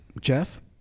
Jeff